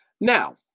Now